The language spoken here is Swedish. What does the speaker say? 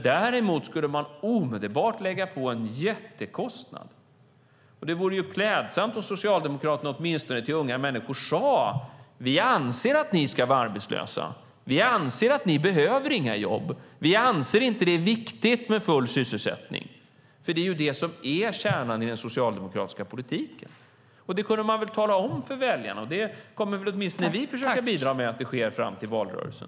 Däremot skulle man omedelbart lägga på en jättekostnad. Det vore klädsamt om Socialdemokraterna åtminstone till unga människor sade: Vi anser att ni ska vara arbetslösa. Vi anser att ni inte behöver några jobb. Vi anser inte att det är viktigt med full sysselsättning. Det är ju det som är kärnan i den socialdemokratiska politiken, och det kunde man väl tala om för väljarna. Det kommer åtminstone vi att försöka bidra till att det sker fram till valrörelsen.